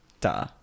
duh